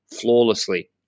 flawlessly